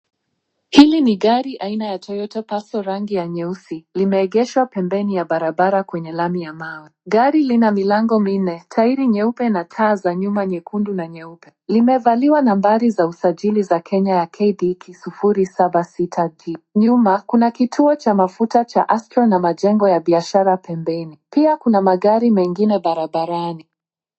Hili ni gari aina ya Toyota Passo rangi ya nyeusi. Limeegeshwa pembeni ya barabara kwenye lami ya mawe. Gari lina milango minne, tairi nyeupe na taa za nyuma nyekundu na nyeupe. Limevaliwa nambari za usajili za Kenya ya KDQ 076T . Nyuma, kuna kituo cha mafuta cha Astrol na majengo ya biashara pembeni. Pia kuna magari mengine barabarani.